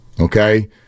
Okay